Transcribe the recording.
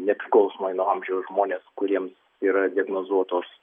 nepriklausomai nuo amžiaus žmonės kuriems yra diagnozuotos